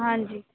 ਹਾਂਜੀ